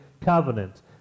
covenant